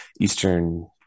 Eastern